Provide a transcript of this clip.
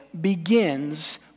begins